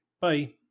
bye